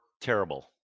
terrible